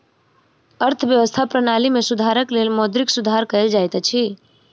अर्थव्यवस्था प्रणाली में सुधारक लेल मौद्रिक सुधार कयल जाइत अछि